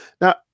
Now